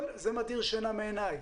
זה מדיר שינה מעיניי.